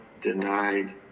denied